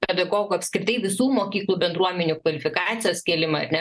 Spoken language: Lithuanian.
pedagogų apskritai visų mokyklų bendruomenių kvalifikacijos kėlimą ar ne